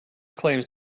claims